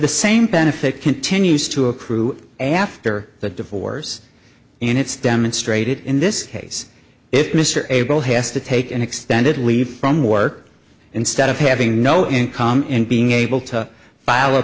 the same benefit continues to accrue after the divorce and it's demonstrated in this case if mr able has to take an extended leave from work instead of having no income and being able to file a